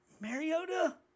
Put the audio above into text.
Mariota